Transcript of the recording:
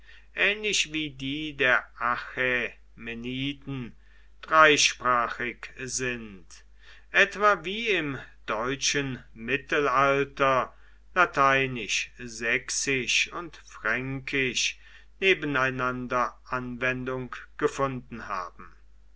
ähnlich wie die der achämeniden dreisprachig sind etwa wie im deutschen mittelalter lateinisch sächsisch und fränkisch nebeneinander anwendung gefunden haben